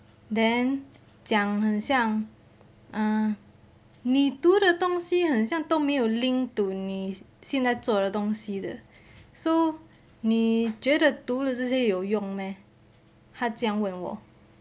then 讲很像 um 你读的东西很像都没有 link to 你现在做的东西的 so 你觉得读的这些有用咩他这样问我